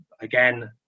again